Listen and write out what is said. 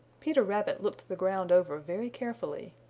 peter rabbit looked the ground over very carefully.